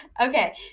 okay